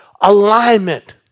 alignment